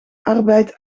arbeid